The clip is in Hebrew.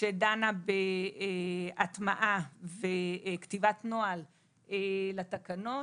שדנה בהטמעה וכתיבת נוהל לתקנות,